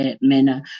manner